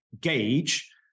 gauge